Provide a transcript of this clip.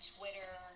Twitter